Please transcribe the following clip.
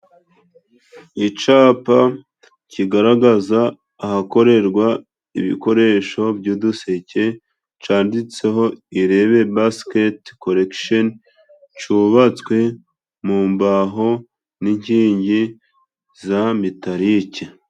Icapa kigaragaza ahakorerwa ibikoresho by'uduseke, canditseho irebe basiketi koregisheni cubatswe mumbaho n'inkingi za mitarike.